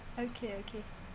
okay okay